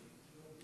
גברתי